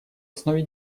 основе